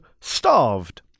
starved